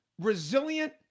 resilient